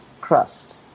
crust